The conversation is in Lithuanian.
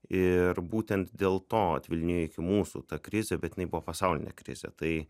ir būtent dėl to atvilnijo iki mūsų ta krizė bet jinai buvo pasaulinė krizė tai